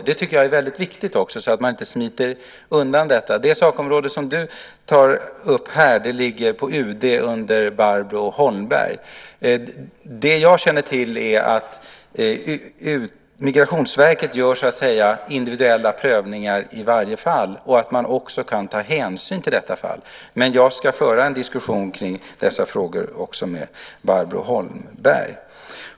Det är mycket viktigt så att man inte smiter undan detta. Det sakområde som Ulla Hoffmann här tar upp ligger på UD under Barbro Holmberg. Det jag känner till är att Migrationsverket i varje enskilt fall gör individuella prövningar och också kan ta hänsyn till detta. Men jag ska föra en diskussion om dessa frågor även med Barbro Holmberg.